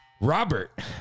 Robert